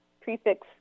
prefix